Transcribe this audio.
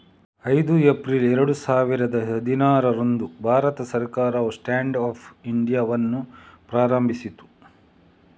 ಐದು ಏಪ್ರಿಲ್ ಎರಡು ಸಾವಿರದ ಹದಿನಾರರಂದು ಭಾರತ ಸರ್ಕಾರವು ಸ್ಟ್ಯಾಂಡ್ ಅಪ್ ಇಂಡಿಯಾವನ್ನು ಪ್ರಾರಂಭಿಸಿತು